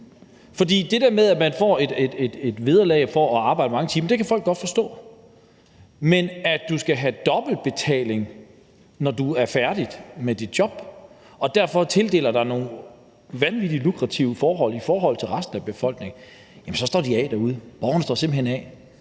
For det der med, at man får et vederlag for at arbejde mange timer, kan folk godt forstå. Men at du skal have dobbelt betaling, når du er færdig med dit job, og derfor tildeler dig selv nogle vanvittig lukrative forhold i forhold til resten af befolkningen, står de af over for derude. Borgerne står simpelt hen af.